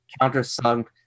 countersunk